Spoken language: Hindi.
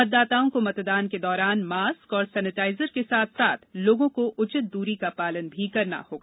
मतदाताओं को मतदान के दौरान मॉस्क और सैनेटाइजर के साथ साथ लोगों को उचित दूरी का पालन भी करना होगा